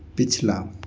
पिछला